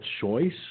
choice